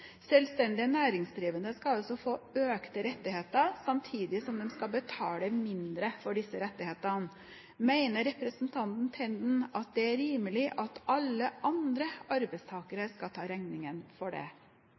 næringsdrivende skal altså få økte rettigheter, samtidig som de skal betale mindre for disse rettighetene. Mener representanten Tenden at det er rimelig at alle andre arbeidstakere skal ta regningen for det?